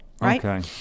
Okay